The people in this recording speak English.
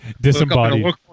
Disembodied